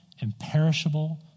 imperishable